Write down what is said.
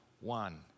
one